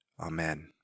Amen